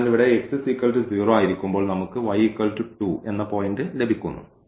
അതിനാൽ ഇവിടെ x0 ആയിരിക്കുമ്പോൾ നമുക്ക് y 2 പോയിന്റ് ലഭിക്കുന്നു